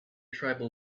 tribal